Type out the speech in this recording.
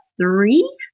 three